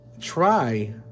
try